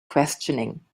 questioning